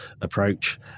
approach